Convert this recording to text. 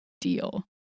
deal